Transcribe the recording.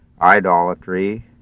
idolatry